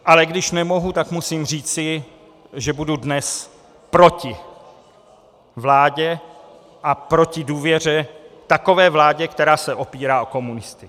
Ale když nemohu, tak musím říci, že budu dnes proti vládě, proti důvěře takové vládě, která se opírá o komunisty.